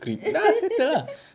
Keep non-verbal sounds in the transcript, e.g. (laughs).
(laughs)